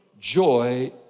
Joy